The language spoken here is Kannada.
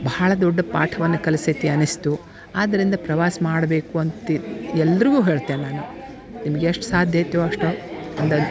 ಭಾಳ ದೊಡ್ಡ ಪಾಠವನ್ನ ಕಲಿಸೈತಿ ಅನಿಸ್ತು ಆದ್ದರಿಂದ ಪ್ರವಾಸ ಮಾಡಬೇಕು ಅಂತ ಎಲ್ಲರಿಗೂ ಹೇಳ್ತೇನೆ ನಾನು ನಿಮ್ಗೆ ಎಷ್ಟು ಸಾಧ್ಯ ಐತೋ ಅಷ್ಟು